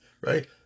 right